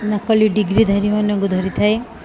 ନକଲି ଡିଗ୍ରୀ ଧାରୀମାନଙ୍କୁ ଧରିଥାଏ